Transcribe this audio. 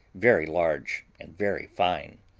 very large and very fine.